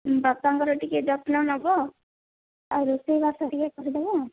ବାପାଙ୍କର ଟିକେ ଯତ୍ନ ନେବ ଆଉ ରୋଷେଇବାସ ଟିକେ କରିଦେବ